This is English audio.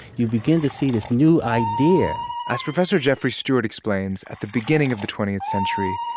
you begin to see this new idea as professor jeffrey stewart explains, at the beginning of the twentieth century,